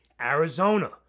Arizona